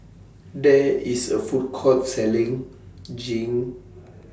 There IS A Food Court Selling Jing